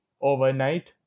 overnight